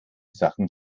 sachen